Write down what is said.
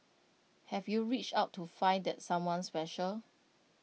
have you reached out to find that someone special